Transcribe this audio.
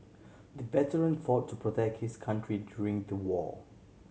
the veteran fought to protect his country during the war